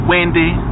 Wendy